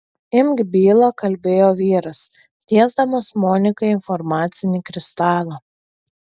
imk bylą kalbėjo vyras tiesdamas monikai informacinį kristalą